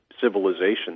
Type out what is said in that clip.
civilization